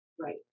Right